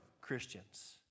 Christians